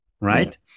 right